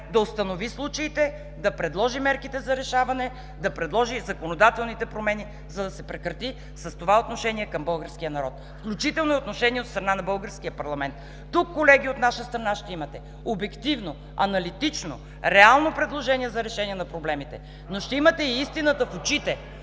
да установи случаите, да предложи мерките за решаване, да предложи и законодателните промени, за да се прекрати с това отношение към българския народ, включително и отношение от страна на българския парламент. Тук, колеги, от наша страна ще имате обективно, аналитично, реално предложение за решение на проблемите, но ще имате и истината в очите